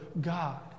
God